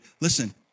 Listen